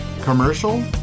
Commercial